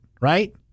right